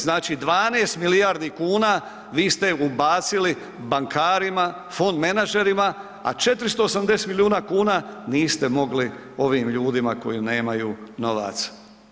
Znači, 12 milijardi kuna vi ste ubacili bankarima, fon menadžerima, a 480 milijuna kuna niste mogli ovim ljudima koji nemaju novaca.